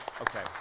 Okay